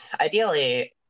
ideally